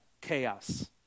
chaos